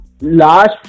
last